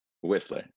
Whistler